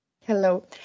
Hello